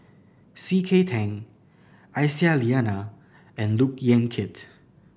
C K Tang Aisyah Lyana and Look Yan Kit